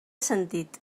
sentit